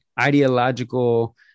ideological